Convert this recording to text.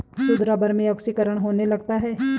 शुद्ध रबर में ऑक्सीकरण होने लगता है